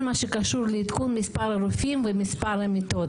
מה שקשור לעדכון מספר הרופאים ומספר המיטות.